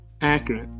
accurate